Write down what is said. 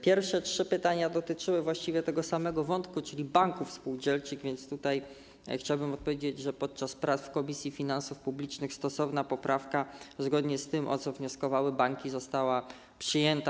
Pierwsze trzy pytania dotyczyły właściwie tego samego wątku, czyli banków spółdzielczych, więc chciałbym odpowiedzieć, że podczas prac w Komisji Finansów Publicznych stosowna poprawka, zgodnie z tym, o co wnioskowały banki, została przyjęta.